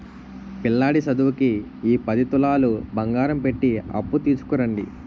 పిల్లాడి సదువుకి ఈ పది తులాలు బంగారం పెట్టి అప్పు తీసుకురండి